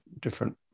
different